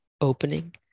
opening